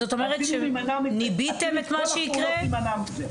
עשינו את כל הפעולות כדי להימנע מזה.